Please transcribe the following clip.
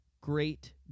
great